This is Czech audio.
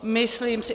Myslím si...